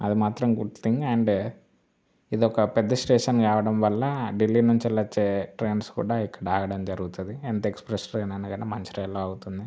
అది మాత్రం good thing and ఇది ఒక పెద్ద స్టేషన్ కావడం వల్ల ఢిల్లీ నుంచి వెళ్ళి వచ్చే ట్రైన్స్ కూడా ఇక్కడ ఆగడం జరుగుతుంది ఎంత ఎక్సప్రెస్ ట్రైన్ అయినా కానీ మంచిర్యాలలో ఆగుతుంది